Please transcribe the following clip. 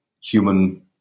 human